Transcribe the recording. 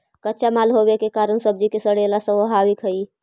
कच्चा माल होवे के कारण सब्जि के सड़ेला स्वाभाविक हइ